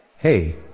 Hey